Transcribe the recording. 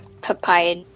papaya